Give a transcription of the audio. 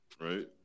right